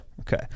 Okay